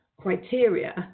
criteria